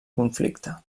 conflicte